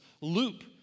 loop